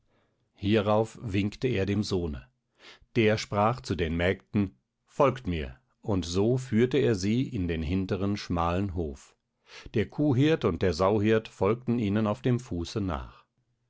hierauf winkte er dem sohne der sprach zu den mägden folgt mir und so führte er sie in den hinteren schmalen hof der kuhhirt und der sauhirt folgte ihnen auf dem fuße nach